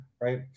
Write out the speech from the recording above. right